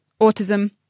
autism